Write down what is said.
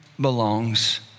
belongs